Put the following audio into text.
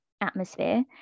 atmosphere